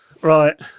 right